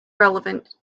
relevant